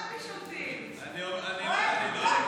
רק, כמוכם.